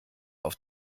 auf